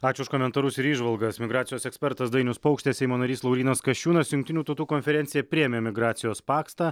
ačiū už komentarus ir įžvalgas migracijos ekspertas dainius paukštė seimo narys laurynas kasčiūnas jungtinių tautų konferencija priėmė migracijos paktą